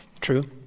True